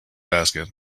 basket